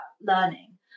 learning